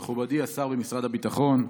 מכובדי השר במשרד הביטחון,